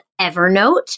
Evernote